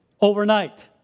overnight